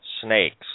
snakes